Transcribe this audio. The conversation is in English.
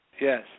Yes